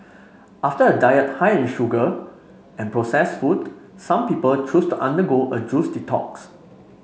after a diet high in sugar and process food some people choose to undergo a juice detox